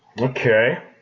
Okay